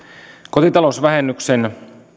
kotitalousvähennyksen